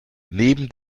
neben